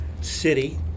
city